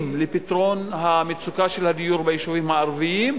לפתרון המצוקה של הדיור ביישובים הערביים.